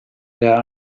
there